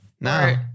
no